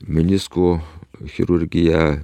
meniskų chirurgija